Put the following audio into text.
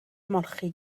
ymolchi